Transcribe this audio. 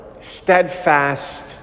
steadfast